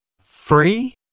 free